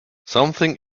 something